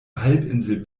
halbinsel